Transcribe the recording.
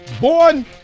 born